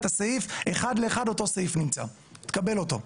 את הסעיף, אחד לאחד אותו סעיף נמצא, תקבל אותו.